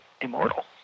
immortal